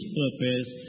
purpose